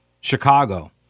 Chicago